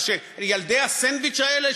ילדי הסנדוויץ' האלה,